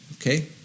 Okay